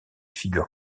figures